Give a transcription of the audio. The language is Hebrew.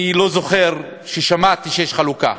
אני לא זוכר ששמעתי שיש חלוקה.